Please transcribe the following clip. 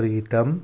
Pritam